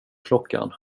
klockan